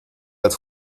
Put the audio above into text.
als